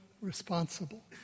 responsible